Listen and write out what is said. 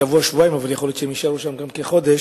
שבוע, שבועיים, ויכול להיות שיישארו שם גם חודש.